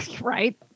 right